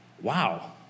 wow